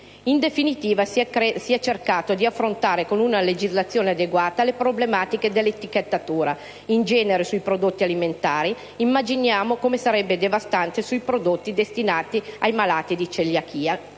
In definitiva, si è cercato di affrontare con una legislazione adeguata le problematiche dell'etichettatura in genere sui prodotti alimentari; immaginiamo come sarebbe devastante su prodotti destinati ai malati di celiachia,